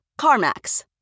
CarMax